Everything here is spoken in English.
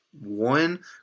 one